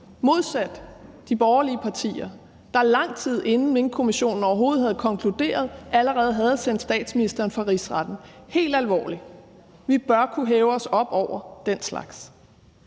modsat de borgerlige partier, der, lang tid inden Minkkommissionen overhovedet havde konkluderet, allerede havde sendt statsministeren for Rigsretten. Helt alvorligt: Vi bør kunne hæve os op over den slags.